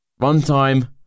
Runtime